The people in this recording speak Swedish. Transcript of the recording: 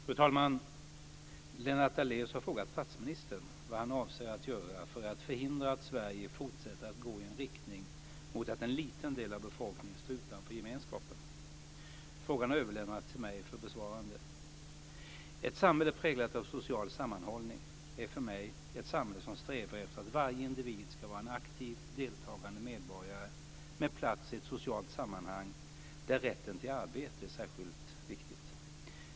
Fru talman! Lennart Daléus har frågat statsministern vad han avser att göra för att förhindra att Sverige fortsätter att gå i en riktning mot att en liten del av befolkningen står utanför gemenskapen. Frågan har överlämnats till mig för besvarande. Ett samhälle präglat av social sammanhållning är för mig ett samhälle som strävar efter att varje individ ska vara en aktiv, deltagande medborgare med plats i ett socialt sammanhang, där rätten till arbete är särskilt viktig.